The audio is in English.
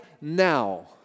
now